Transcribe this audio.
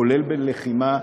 כולל בלחימה,